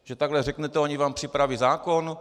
Že takhle řeknete a oni vám připraví zákon?